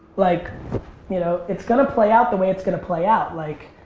like you know, it's gonna play out the way it's gonna play out. like